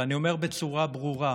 ואני אומר בצורה ברורה: